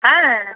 হ্যাঁ